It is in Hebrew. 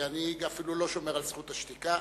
ואני אפילו לא שומר על זכות השתיקה.